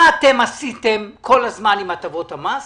מה אתם עשיתם כל הזמן עם הטבות המס